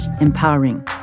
empowering